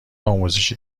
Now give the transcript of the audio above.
آموزشی